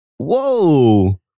Whoa